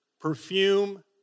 perfume